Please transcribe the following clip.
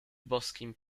boskim